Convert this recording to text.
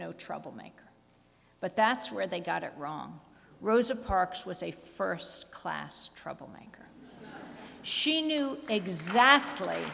no trouble maker but that's where they got it wrong rosa parks was a first class troublemaker she knew exactly